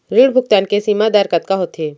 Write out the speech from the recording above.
ऋण भुगतान के सीमा दर कतका होथे?